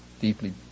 deeply